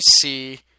see